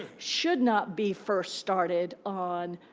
should not be first started on